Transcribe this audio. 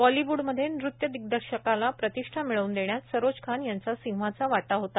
Bollywood मधे नृत्यदिग्दर्शकाला प्रतिष्ठा मिळवून देण्यात सरोज खान यांचा सिंहाचा वाटा होता